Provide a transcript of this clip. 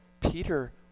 Peter